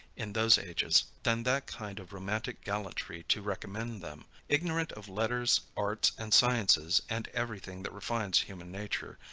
in those ages, than that kind of romantic gallantry to recommend them. ignorant of letters, arts, and sciences, and every thing that refines human nature,